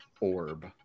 orb